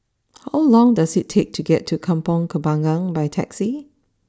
how long does it take to get to Kampong Kembangan by taxi